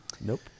Nope